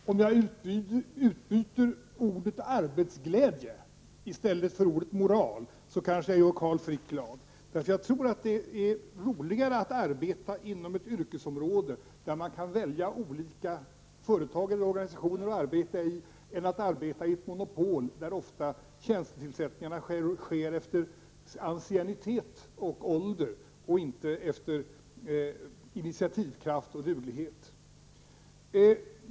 Herr talman! Om jag byter ut ordet ''moral'' mot ordet ''arbetsglädje'' kanske jag gör Carl Frick glad. Jag tror att det är roligare att arbeta inom ett yrkesområde där man kan välja mellan olika företag eller organisationer att arbeta i än att arbeta i ett monopol där tjänsterna ofta tillsätts efter anciennitet och ålder och inte efter initiativkraft och duglighet.